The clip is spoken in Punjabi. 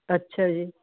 ਅੱਛਾ ਜੀ